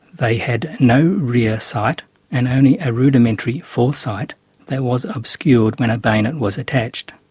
they had no rear sight and only a rudimentary foresight that was obscured when a bayonet was attached.